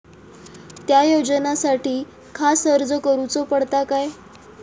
त्या योजनासाठी खास अर्ज करूचो पडता काय?